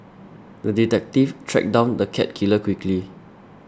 the detective tracked down the cat killer quickly